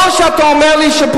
או שאתה אומר לי,